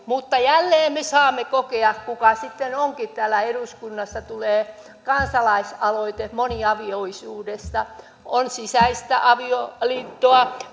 mutta jälleen me saamme kokea kuka sitten onkin täällä eduskunnassa että tulee kansalaisaloite moniavioisuudesta on sisäistä avioliittoa